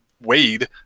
Wade